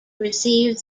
receive